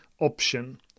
option